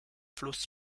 fluss